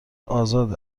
آزاد